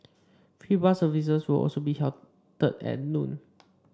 free bus services will also be halted at noon